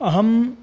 अहम्